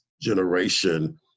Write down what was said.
generation